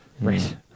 Right